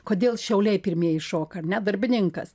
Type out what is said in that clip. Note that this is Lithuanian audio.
kodėl šiauliai pirmieji šoka ar ne darbininkas